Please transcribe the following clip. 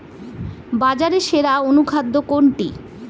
বাজারে সেরা অনুখাদ্য কোনটি?